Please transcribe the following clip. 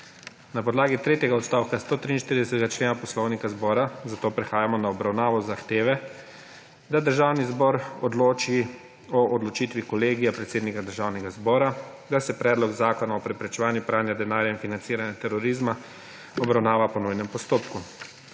Na podlagi tretjega odstavka 143. člena Poslovnika Državnega zbora zato prehajamo na obravnavo zahteve, da Državni zbor odloči o odločitvi Kolegija predsednika Državnega zbora, da se Predlog zakona o preprečevanju pranja denarja in financiranja terorizma obravnava po nujnem postopku.